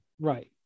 Right